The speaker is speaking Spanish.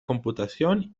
computación